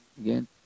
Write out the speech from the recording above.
again